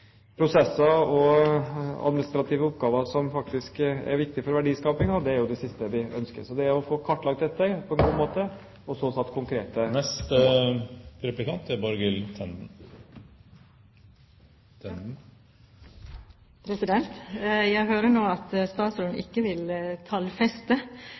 prosesser og administrative oppgaver som faktisk er viktig for verdiskapingen, er det siste vi ønsker. Så vi må få kartlagt dette på en god måte og så få satt opp konkrete mål. Jeg hører nå at statsråden ikke vil tallfeste, men kan han si noe om i